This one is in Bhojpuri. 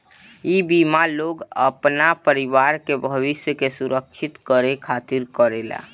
इ बीमा लोग अपना परिवार के भविष्य के सुरक्षित करे खातिर करेला